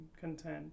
content